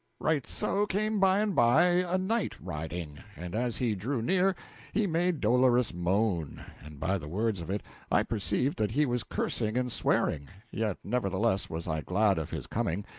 right so came by and by a knight riding and as he drew near he made dolorous moan, and by the words of it i perceived that he was cursing and swearing yet nevertheless was i glad of his coming,